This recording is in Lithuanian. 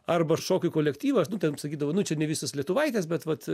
arba šokių kolektyvas nu ten sakydavo na čia ne visos lietuvaitės bet vat